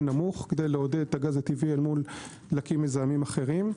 נמוך כדי לעודד את הגז הטבעי מול דלקים מזהמים אחרים.